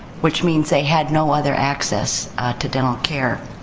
which means they had no other access to dental care.